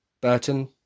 Burton